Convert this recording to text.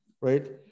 right